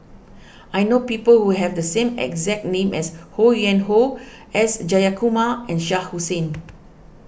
I know people who have the same exact name as Ho Yuen Hoe S Jayakumar and Shah Hussain